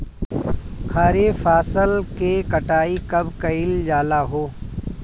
खरिफ फासल के कटाई कब कइल जाला हो?